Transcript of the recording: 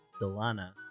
Delana